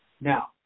Now